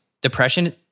Depression